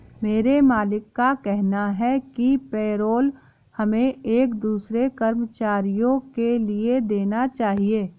मेरे मालिक का कहना है कि पेरोल हमें एक दूसरे कर्मचारियों के लिए देना चाहिए